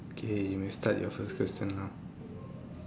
okay you may start your first question now